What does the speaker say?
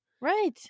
Right